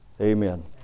Amen